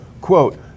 quote